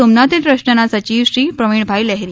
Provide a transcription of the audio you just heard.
સોમનાથ ટ્રસ્ટના સચિવ શ્રી પ્રવિણભાઈ લહેરી